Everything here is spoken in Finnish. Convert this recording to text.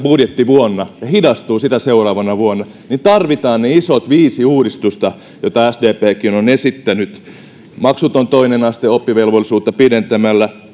budjettivuonna ja hidastuu sitä seuraavana vuonna niin tarvitaan ne isot viisi uudistusta joita sdpkin on esittänyt maksuton toinen aste oppivelvollisuutta pidentämällä